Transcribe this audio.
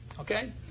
okay